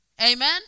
Amen